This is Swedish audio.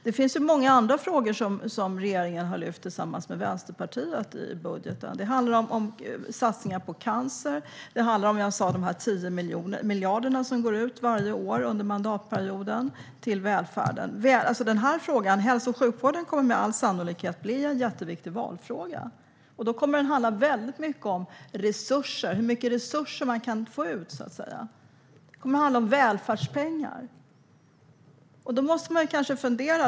Det finns många andra frågor som regeringen har lyft upp i budgeten tillsammans med Vänsterpartiet. Det handlar om satsningar på cancer och de 10 miljarderna som går ut varje år under mandatperioden till välfärden. Hälso och sjukvården kommer med all sannolikhet att bli en mycket viktig valfråga. Då kommer det att handla mycket om resurser. Det kommer att handla om välfärdspengar. Då måste man kanske fundera.